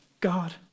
God